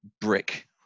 *Brick*